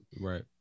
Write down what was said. Right